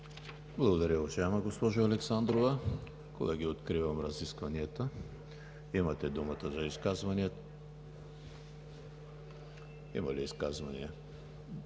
уважаема госпожо Александрова. Колеги, откривам разискванията. Имате думата за изказвания. Има ли изказвания?